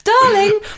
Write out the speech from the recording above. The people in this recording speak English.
darling